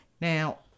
now